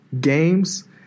games